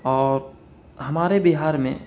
اور ہمارے بہار میں